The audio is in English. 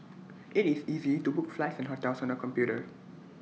IT is easy to book flights and hotels on the computer